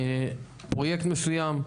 פרויקט מסוים,